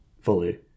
fully